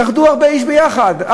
ירדו 60,000 איש ביחד,